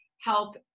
help